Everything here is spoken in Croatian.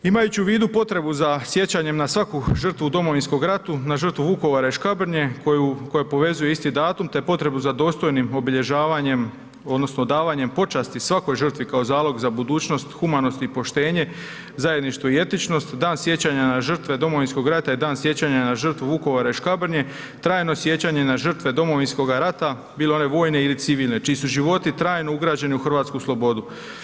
Imajući u vidu potrebu za sjećanjem na svaku žrtvu u Domovinskom ratu, na žrtvu Vukovara i Škabrnje koja povezuju isti datum te potrebu za dostojnim obilježavanjem odnosno odavanjem počasti svakoj žrtvi kao zalog za budućnost, humanost i poštenje, zajedništvo i etičnost, Dan sjećanja na žrtve Domovinskog rata i Dan sjećanja na žrtvu Vukovara i Škabrnje trajno sjećanje na žrtve Domovinskoga rata, bilo one vojne ili civilne, čiji su životi trajno ugrađeni u hrvatsku slobodu.